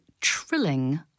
trilling